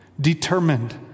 determined